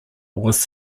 was